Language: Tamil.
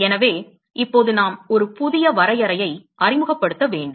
எனவே இப்போது நாம் ஒரு புதிய வரையறையை அறிமுகப்படுத்த வேண்டும்